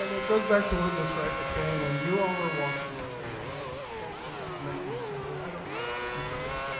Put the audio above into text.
it goes back to what miss wright was saying. when you all are walking up, and and i don't think i've met you two, i don't know a lot of people yet, so